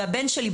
והבן שלי,